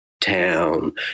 town